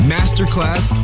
Masterclass